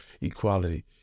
equality